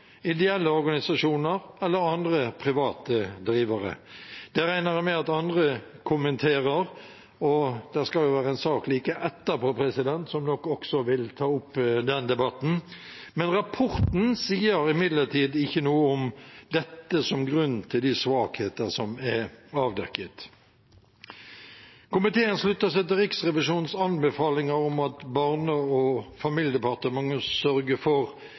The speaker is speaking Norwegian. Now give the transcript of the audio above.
ideelle organisasjoner eller andre private drivere. Det regner jeg med at andre kommenterer, og det skal jo være en sak like etterpå, som nok også vil ta opp i seg den debatten. Rapporten sier imidlertid ikke noe om dette som grunn til de svakheter som er avdekket. Komiteen slutter seg til Riksrevisjonens anbefalinger om at Barne- og familiedepartementet må sørge for: